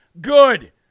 Good